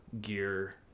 gear